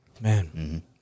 Man